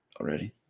already